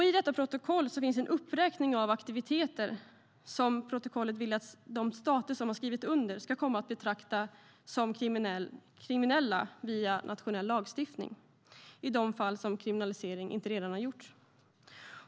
I detta protokoll finns en uppräkning av aktiviteter som Europarådet vill att de stater som har skrivit under protokollet ska komma att betrakta som kriminella via nationell lagstiftning i de fall en kriminalisering inte redan har gjorts.